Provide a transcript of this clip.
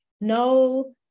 no